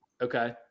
Okay